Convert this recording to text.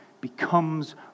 becomes